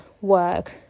work